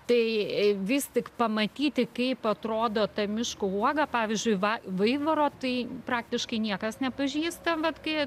tai vis tik pamatyti kaip atrodo ta miško uoga pavyzdžiui va vaivaro tai praktiškai niekas nepažįsta vat kai